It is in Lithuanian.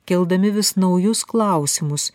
keldami vis naujus klausimus